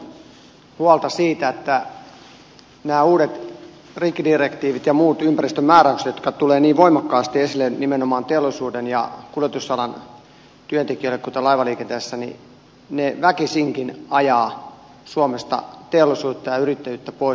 täytyy kompata edustaja turusen ja edustaja jalosen huolta siitä että nämä uudet rikkidirektiivit ja muut ympäristömääräykset jotka tulevat niin voimakkaasti esille nimenomaan teollisuuden ja kuljetusalan työntekijöille kuten laivaliikenteessä väkisinkin ajavat suomesta teollisuutta ja yrittäjyyttä pois